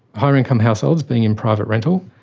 higher income households, being in private rental,